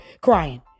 crying